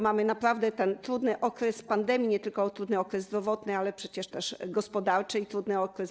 Mamy naprawdę trudny okres pandemii, nie tylko trudny okres zdrowotny, ale przecież też gospodarczy, i trudny okres w